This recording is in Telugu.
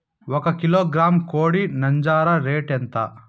ఒక కిలోగ్రాము కోడి నంజర రేటు ఎంత?